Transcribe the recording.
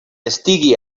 estigui